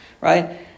right